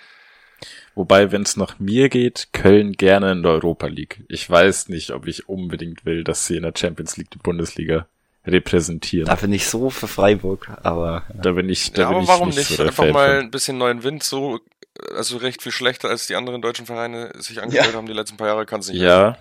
Wobei, wenn's nach mir geht, Köln gerne in der Europa League. Ich weiß nicht, ob ich unbedingt will, dass sie in der Champions League die Bundesliga repräsentieren. Da bin ich so für Freiburg, aber- Da bin ich- da Ja, bin aber ich warum nicht so nicht? der Einfach Fan von- mal ein bisschen neuen Wind, so, äh, also recht viel schlechter, als die anderen deutschen Vereine sich Ja. angestellt haben die letzten paar Jahre, kann's nicht werden. Ja.